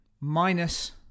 minus